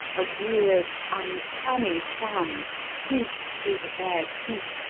a weird, uncanny sound whizzed through the bared teeth,